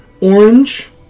orange